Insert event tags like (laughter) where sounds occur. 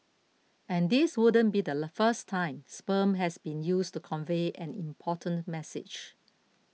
and this wouldn't be the (unintelligible) first time sperm has been used to convey an important message